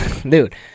dude